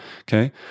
Okay